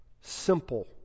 simple